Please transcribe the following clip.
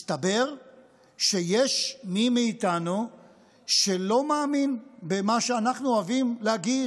מסתבר שיש מי מאיתנו שלא מאמין במה שאנחנו אוהבים להגיד,